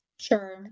Sure